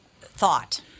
thought